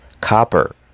copper